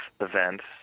events